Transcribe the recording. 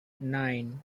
nine